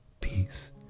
peace